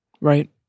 right